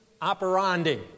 operandi